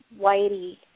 whitey